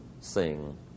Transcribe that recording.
sing